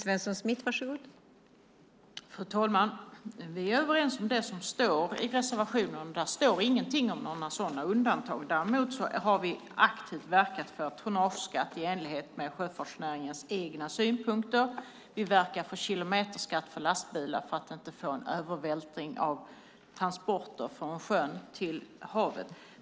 Fru talman! Vi är överens om det som står i reservationen. Där står ingenting om några sådana undantag. Däremot har vi aktivt verkat för tonnageskatt i enlighet med sjöfartsnäringens egna synpunkter. Vi verkar för kilometerskatt för lastbilar för att vi inte ska få en övervältring av transporter från havet till vägarna.